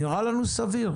נראה לנו סביר.